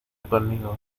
conmigo